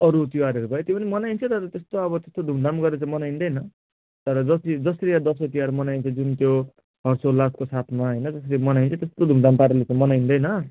अरू त्योहारहरू भयो त्यो पनि मनाइन्छ तर अब त्यस्तो अब धुमधाम गरेर चाहिँ मनाइँदैन तर जति जसरी अब दसैँ तिहार मनाइन्छ जुन त्यो हर्षोल्लासको साथमा होइन जसरी मनाइन्छ त्यस्तो धुमधाम पाराले त मनाइँदैन